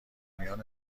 میان